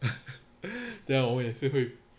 对啊我们也是会